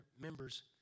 members